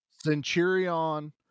centurion